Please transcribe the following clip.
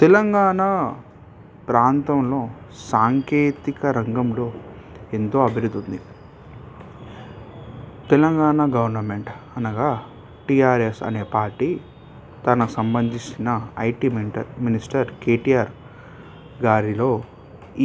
తెలంగాణా ప్రాంతంలో సాంకేతిక రంగంలో ఎంతో అభివృద్ధి ఉంది తెలంగాణ గవర్నమెంట్ అనగా టిఆర్ఎస్ అనే పార్టీ తన సంబంధించిన ఐటీ మెంటర్ మినిస్టర్ కేటిఆర్ గారిలో